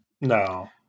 no